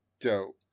Dope